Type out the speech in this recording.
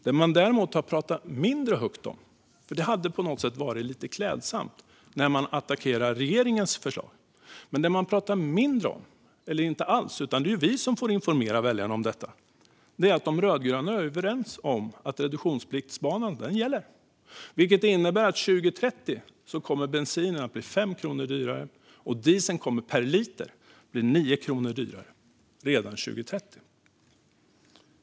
Det finns däremot något man har pratat mindre högt om men som hade varit klädsamt att nämna när man attackerar regeringens förslag. Det man pratar mindre om - eller inte alls, utan det är ju vi som får informera väljarna om detta - är att de rödgröna är överens om att reduktionspliktsbanan gäller. Det innebär att bensinen kommer att bli 5 kronor dyrare och dieseln 9 kronor dyrare per liter redan 2030.